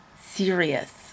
serious